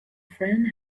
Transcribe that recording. friend